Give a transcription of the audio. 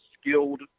skilled